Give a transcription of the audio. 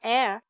Air